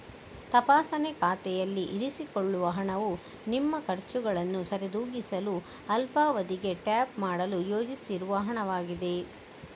ತಪಾಸಣೆ ಖಾತೆಯಲ್ಲಿ ಇರಿಸಿಕೊಳ್ಳುವ ಹಣವು ನಿಮ್ಮ ಖರ್ಚುಗಳನ್ನು ಸರಿದೂಗಿಸಲು ಅಲ್ಪಾವಧಿಗೆ ಟ್ಯಾಪ್ ಮಾಡಲು ಯೋಜಿಸಿರುವ ಹಣವಾಗಿದೆ